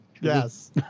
Yes